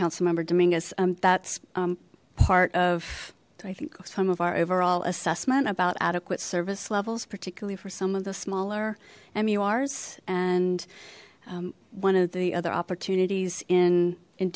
councilmember dominguez and that's part of i think some of our overall assessment about adequate service levels particularly for some of the smaller mu ours and one of the other opportunities in in